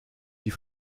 die